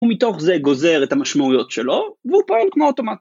‫ומתוך זה גוזר את המשמעויות שלו, ‫והוא פועל כמו אוטומט.